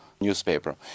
newspaper